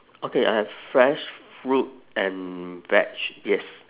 okay I have fresh fruit and veg yes